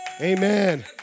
Amen